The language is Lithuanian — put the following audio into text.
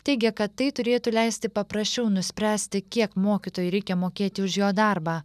teigia kad tai turėtų leisti paprasčiau nuspręsti kiek mokytojui reikia mokėti už jo darbą